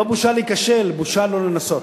לא בושה להיכשל, בושה לא לנסות.